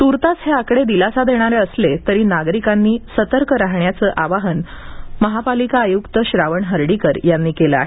तूर्तास हे आकडे दिलासा देणारे असले तरी असून नागरिकांनी सतर्क राहण्याचे आवाहन महापालिका आयुक्त श्रावण हर्डीकर यांनी केलं आहे